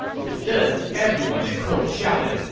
to this, everyone at court shouted,